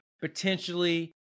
potentially